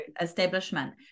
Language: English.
establishment